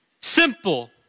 Simple